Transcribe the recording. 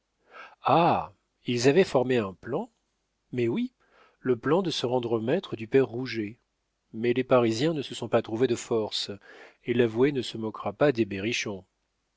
ils avaient formé un plan mais oui le plan de se rendre maîtres du père rouget mais les parisiens ne se sont pas trouvés de force et l'avoué ne se moquera pas des berrichons